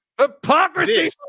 hypocrisy